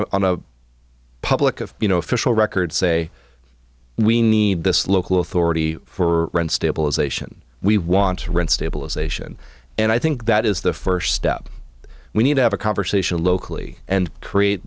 a on a public of you know official record say we need this local authority for stabilization we want to rent stabilization and i think that is the first step we need to have a conversation locally and create